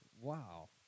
Wow